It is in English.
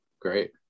great